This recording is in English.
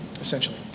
essentially